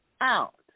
out